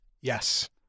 yes